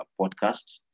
podcasts